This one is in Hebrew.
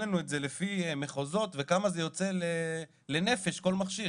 לנו את זה לפי מחוזות וכמה זה יוצא לנפש כל מכשיר?